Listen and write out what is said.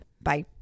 Bye